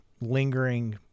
lingering